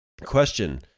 Question